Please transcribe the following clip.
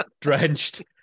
drenched